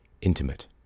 intimate